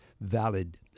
valid